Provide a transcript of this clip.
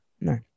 No